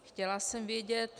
Chtěla jsem vědět